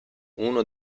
uno